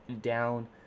down